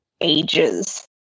ages